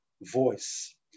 voice